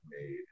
made